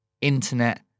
internet